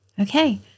okay